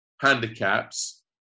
handicaps